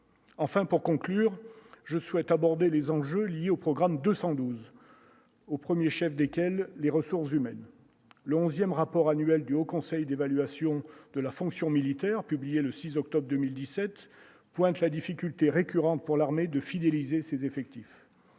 enfin pour conclure, je souhaite aborder les enjeux liés au programme 212 au 1er chef desquels les ressources humaines, le 11ème rapport annuel du Haut Conseil d'évaluation de la fonction militaire publié le 6 octobre 2017 pointe la difficulté récurrente pour l'armée de fidéliser ses effectifs